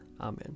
Amen